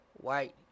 white